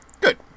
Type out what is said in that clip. Good